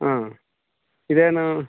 ಹಾಂ ಇದೇನು